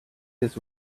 his